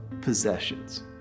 possessions